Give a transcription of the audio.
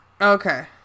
Okay